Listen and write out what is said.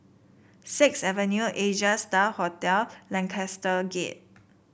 Sixth Avenue Asia Star Hotel Lancaster Gate